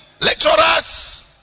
lecturers